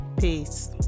Peace